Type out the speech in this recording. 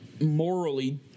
morally